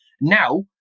Now